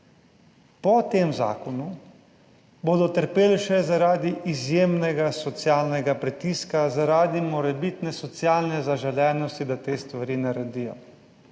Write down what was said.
po tem zakonu bodo trpeli še zaradi izjemnega socialnega pritiska zaradi morebitne socialne zaželenosti, da te stvari naredijo.